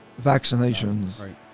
vaccinations